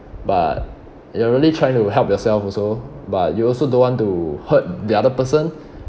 but you're really trying to help yourself also but you also don't want to hurt the other person